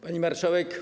Pani Marszałek!